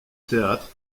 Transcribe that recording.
théâtre